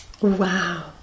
Wow